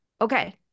okay